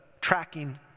tracking